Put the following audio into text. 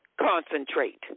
concentrate